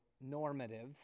normative